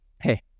hey